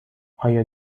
آیا